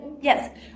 Yes